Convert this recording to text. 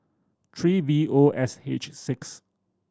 three V O S H six